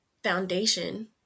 foundation